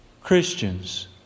Christians